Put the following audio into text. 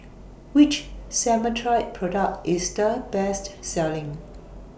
Which Cetrimide Product IS The Best Selling